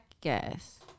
guess